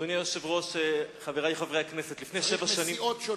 אדוני היושב-ראש, חברי חברי הכנסת, לפני שבע שנים,